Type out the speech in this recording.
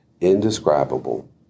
indescribable